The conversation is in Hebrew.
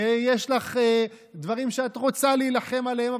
ויש לך דברים שאת רוצה להילחם עליהם,